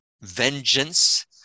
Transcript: vengeance